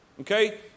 okay